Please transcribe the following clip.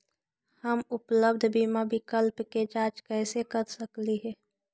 हम उपलब्ध बीमा विकल्प के जांच कैसे कर सकली हे?